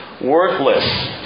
worthless